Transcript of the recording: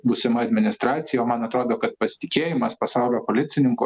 būsima administracija o man atrodo kad pasitikėjimas pasaulio policininku